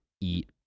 eat